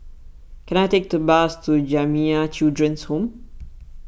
can I take to bus to Jamiyah Children's Home